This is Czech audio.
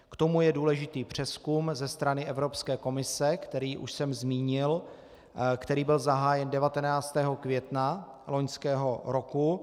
K tomu je důležitý přezkum ze strany Evropské komise, který už jsem zmínil, který byl zahájen 19. května loňského roku.